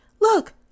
Look